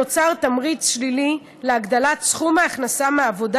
נוצר תמריץ שלילי להגדלת סכום ההכנסה מעבודה